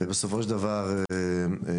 ובסופו של דבר היום,